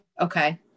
Okay